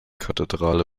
kathedrale